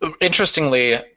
Interestingly